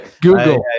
google